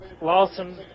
Lawson